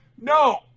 No